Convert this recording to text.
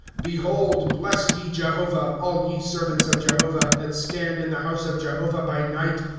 behold, bless ye jehovah, all ye servants of jehovah, that stand in the house of jehovah by night.